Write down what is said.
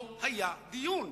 לא היה דיון.